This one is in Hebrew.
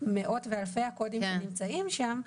מאות ואלפי הקודים שנמצאים שם,